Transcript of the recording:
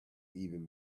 even